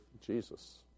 Jesus